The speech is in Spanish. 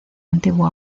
antiguo